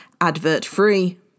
advert-free